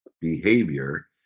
behavior